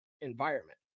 environment